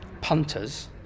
punters